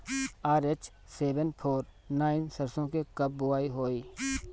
RH seven four nine सरसो के कब बुआई होई?